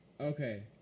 Okay